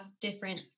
different